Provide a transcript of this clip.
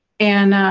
and